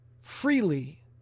freely